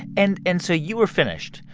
and and so you were finished.